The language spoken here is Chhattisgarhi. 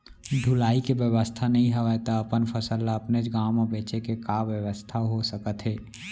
ढुलाई के बेवस्था नई हवय ता अपन फसल ला अपनेच गांव मा बेचे के का बेवस्था हो सकत हे?